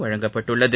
வழங்கப்பட்டுள்ளது